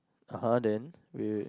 (uh huh) then wait wait wait